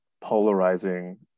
polarizing